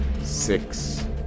six